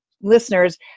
listeners